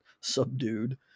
subdued